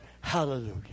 Hallelujah